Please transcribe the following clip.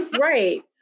right